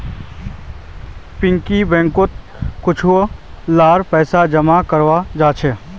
piggy बैंकोत छुआ लार पैसा जमा कराल जाहा